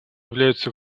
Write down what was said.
являются